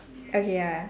okay ya